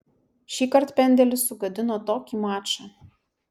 šįkart pendelis sugadino tokį mačą